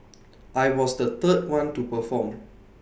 I was the third one to perform